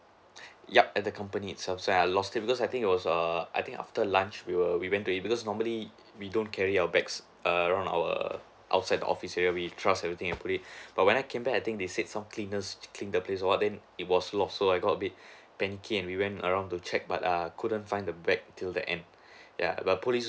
yup at the company itself so I lost it because I think it was err I think after lunch we were we went to eat because normally we don't carry our bags around our outside the office here we trust everything and put it but when I came back I think they said some cleaners cleaned the place but then it was lost so I got a bit panicking and we went around to check but err couldn't find the bag till the end ya the police